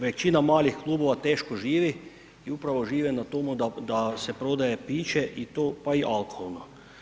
Većina malih klubova teško živi i upravo žive na tome da se prodaje piće i to pa i alkoholno.